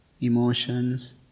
emotions